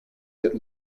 that